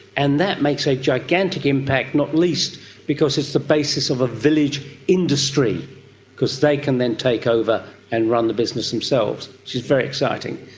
and that makes a gigantic impact, not least because it's the basis of a village industry because they can then take over and run the business themselves, which is very exciting.